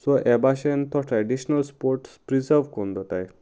so ह्या भाशेन तो ट्रेडिशनल स्पोर्ट्स प्रिजर्व करून दवरताय